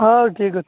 ହଉ ଠିକ୍ ଅଛି